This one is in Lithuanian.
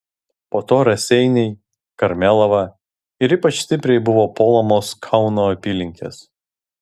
po to raseiniai karmėlava ir ypač stipriai buvo puolamos kauno apylinkės